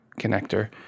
connector